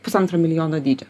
pusantro milijono dydžio